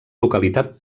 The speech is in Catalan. localitat